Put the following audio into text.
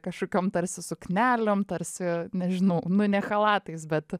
kažkokiom tarsi suknelėm tarsi nežinau nu ne chalatais bet